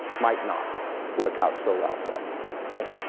might not work out so well for us, right?